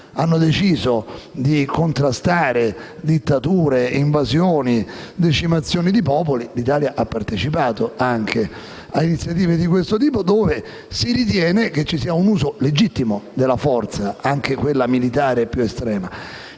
hanno deciso di contrastare dittature, invasioni e decimazioni di popoli, ha partecipato a iniziative di siffatto tipo, dove si ritiene che ci sia un uso legittimo della forza, anche quella militare più estrema.